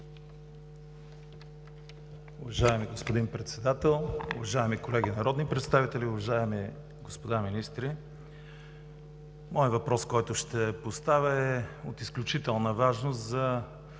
Уважаеми господин Председател, уважаеми колеги народни представители, уважаеми господа министри! Въпросът, който ще поставя, е от изключителна важност за